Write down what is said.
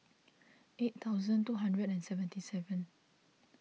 eight thousand two hundred and seventy seven